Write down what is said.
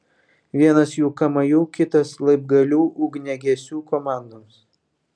vienas jų kamajų kitas laibgalių ugniagesių komandoms